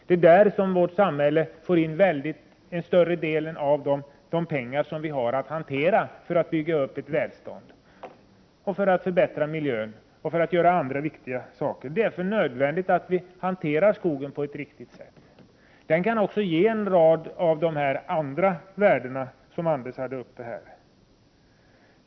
Det är därifrån som vårt samhälle får in större delen av de pengar som vi har att hantera för att bygga upp ett välstånd, för att förbättra miljön och för att göra andra viktiga saker. Det är alltså nödvändigt att vi hanterar skogen på ett riktigt sätt för att därigenom få en rad av de andra värden som Anders Castberger nämnde här.